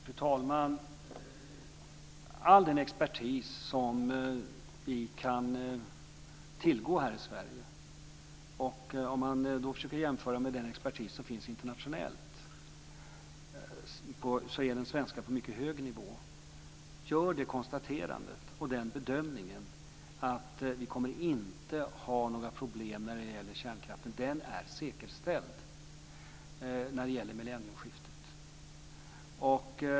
Fru talman! All den expertis som vi kan tillgå här i Sverige - och om man försöker jämföra med den expertis som finns internationellt är den svenska på mycket hög nivå - gör det konstaterandet och den bedömningen att vi inte kommer att ha några problem när det gäller kärnkraften. Den är säkerställd inför millennieskiftet.